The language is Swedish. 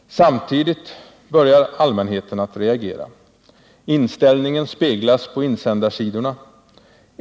Samtidigt börjar allmänheten att reagera. Inställningen speglas på insändarsidorna.